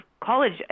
college